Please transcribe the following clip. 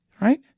right